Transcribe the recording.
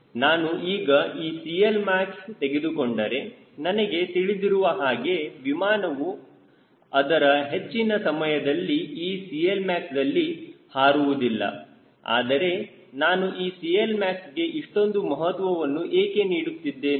ನಾನು ಈಗ ಈ CLmax ತೆಗೆದುಕೊಂಡರೆ ನಮಗೆ ತಿಳಿದಿರುವ ಹಾಗೆ ವಿಮಾನವು ಅದರ ಹೆಚ್ಚಿನ ಸಮಯದಲ್ಲಿ ಈ CLmax ದಲ್ಲಿ ಹಾರುವುದಿಲ್ಲ ಆದರೆ ನಾವು ಈ CLmaxಗೆ ಇಷ್ಟೊಂದು ಮಹತ್ವವನ್ನು ಏಕೆ ನೀಡುತ್ತಿದ್ದೇವೆ